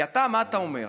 כי אתה, מה אתה אומר?